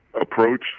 approach